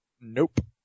Nope